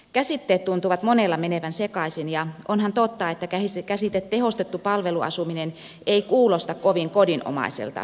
käsitteet tuntuvat monella menevän sekaisin ja onhan totta että käsite tehostettu palveluasuminen ei kuulosta kovin kodinomaiselta